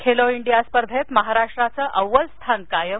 Khelo India स्पर्धेत महाराष्ट्राचं अव्वल स्थान कायम